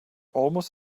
almost